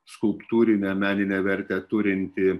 skulptūrinę meninę vertę turintį